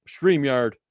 StreamYard